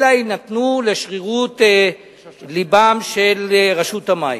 אלא יינתנו לשרירות לבה של רשות המים.